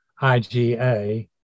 IgA